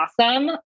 awesome